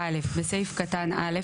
(א) בסעיף קטן (א),